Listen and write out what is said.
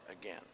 again